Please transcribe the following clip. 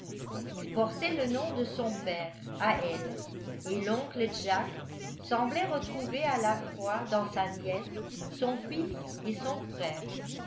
il portait le nom de son père à elle et l'oncle jack semblait retrouver à la fois dans sa nièce son fils et son frère